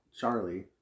Charlie